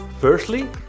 Firstly